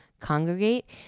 congregate